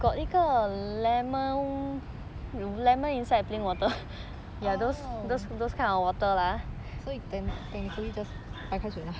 oh 所以 technically just just 白开水 lah